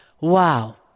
Wow